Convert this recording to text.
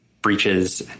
Breaches